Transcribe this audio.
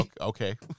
Okay